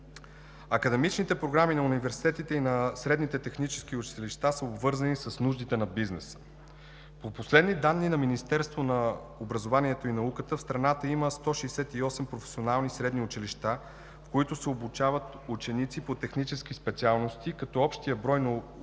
Академичните програми на университетите и на средните технически училища са обвързани с нуждите на бизнеса. По последни данни на Министерството на образованието и науката в страната има 168 професионални средни училища, в които се обучават ученици по технически специалности, като общият брой на учениците